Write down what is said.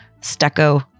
stucco